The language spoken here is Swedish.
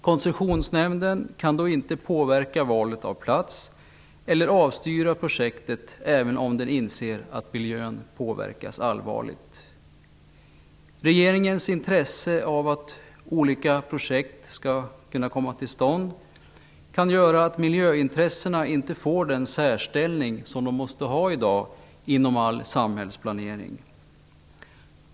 Koncessionsnämnden kan inte påverka valet av plats eller avstyra projektet, även om den inser att miljön påverkas allvarligt. Regeringens intresse av att olika projekt skall komma till stånd kan göra att miljöintressena inte får den särställning som de i dag måste ha inom all samhällsplanering.